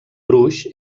gruix